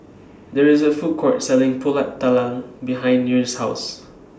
There IS A Food Court Selling Pulut Tatal behind Nyree's House